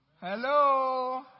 Hello